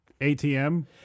ATM